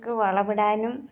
ക്ക് വളമിടാനും